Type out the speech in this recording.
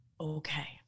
okay